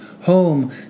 home